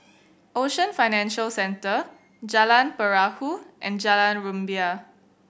Ocean Financial Centre Jalan Perahu and Jalan Rumbia